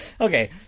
Okay